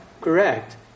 correct